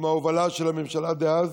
עם ההובלה של הממשלה דאז,